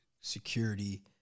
Security